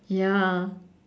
ya